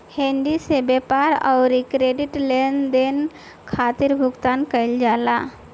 हुंडी से व्यापार अउरी क्रेडिट लेनदेन खातिर भुगतान कईल जाला